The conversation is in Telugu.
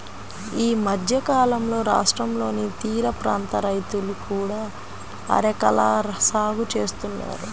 ఈ మధ్యకాలంలో రాష్ట్రంలోని తీరప్రాంత రైతులు కూడా అరెకల సాగు చేస్తున్నారు